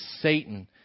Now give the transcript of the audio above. Satan